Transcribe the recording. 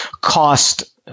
cost